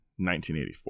1984